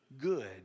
good